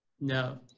no